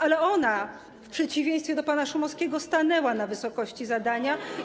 Ale ona, w przeciwieństwie do pana Szumowskiego, stanęła na wysokości zadania.